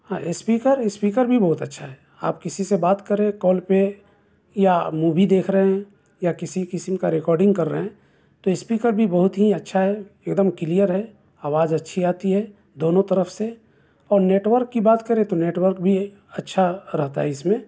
ہاں speaker speaker بھی بہت اچھا ہے آپ کسی سے بات کریں کال پہ یا مووی دیکھ رہے ہیں یا کسی قسم کا ریکارڈنگ کر رہے ہیں تو اسپیکر بھی بہت ہی اچھا ہے ایک دم کلیئر ہے آواز اچھی آتی ہے دونوں طرف سے اور نیٹ ورک کی بات کریں تو نیٹ ورک بھی اچھا رہتا ہے اس میں